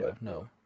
no